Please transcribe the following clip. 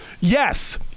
yes